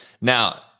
Now